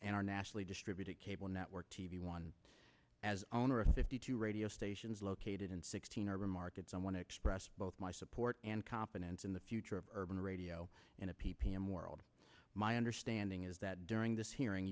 our nationally distributed cable network t v one as owner of fifty two radio stations located in sixteen urban markets i want to express both my support and confidence in the future of urban radio in a p p m world my understanding is that during this hearing